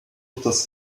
luthers